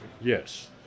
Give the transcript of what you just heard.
Yes